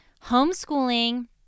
Homeschooling